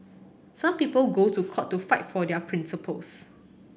some people go to court to fight for their principles